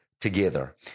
together